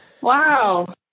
Wow